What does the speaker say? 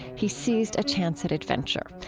he seized a chance at adventure,